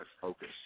focus